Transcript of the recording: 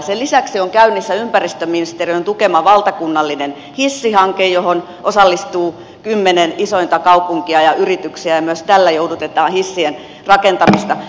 sen lisäksi on käynnissä ympäristöministeriön tukema valtakunnallinen hissihanke johon osallistuu kymmenen isointa kaupunkia ja yrityksiä ja myös tällä joudutetaan hissien rakentamista